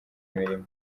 imirimo